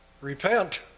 Repent